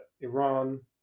Iran